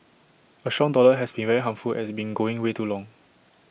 A strong dollar has been very harmful as been going way too long